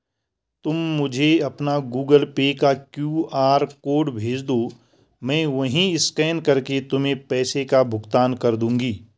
तुम मुझे अपना गूगल पे का क्यू.आर कोड भेजदो, मैं वहीं स्कैन करके तुमको पैसों का भुगतान कर दूंगी